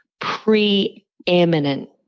preeminent